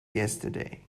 yesterday